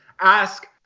ask